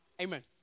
Amen